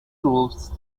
troops